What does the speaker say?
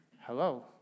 Hello